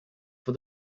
for